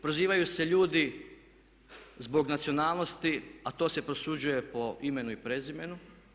Prozivaju se ljudi zbog nacionalnosti a to se prosuđuje po imenu i prezimenu.